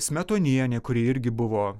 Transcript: smetonienė kuri irgi buvo